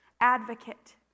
advocate